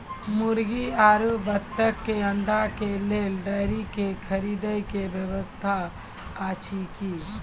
मुर्गी आरु बत्तक के अंडा के लेल डेयरी के खरीदे के व्यवस्था अछि कि?